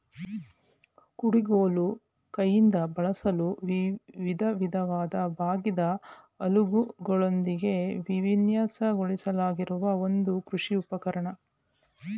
ಕುಡುಗೋಲು ಕೈಯಿಂದ ಬಳಸಲು ವಿಧವಿಧವಾದ ಬಾಗಿದ ಅಲಗುಗಳೊಂದಿಗೆ ವಿನ್ಯಾಸಗೊಳಿಸಲಾಗಿರುವ ಒಂದು ಕೃಷಿ ಉಪಕರಣ